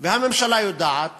והממשלה יודעת